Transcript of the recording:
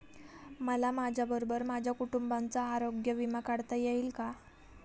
मला माझ्याबरोबर माझ्या कुटुंबाचा आरोग्य विमा काढता येईल का?